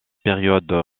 périodes